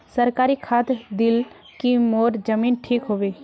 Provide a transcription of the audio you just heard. सरकारी खाद दिल की मोर जमीन ठीक होबे?